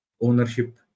ownership